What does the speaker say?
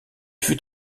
fut